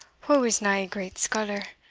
wha was nae great scholar,